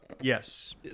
Yes